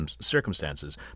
circumstances